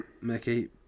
Mickey